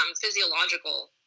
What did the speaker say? physiological-